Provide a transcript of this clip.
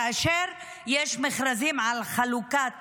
כאשר יש מכרזים על חלוקת